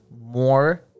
more